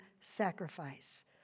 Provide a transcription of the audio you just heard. sacrifice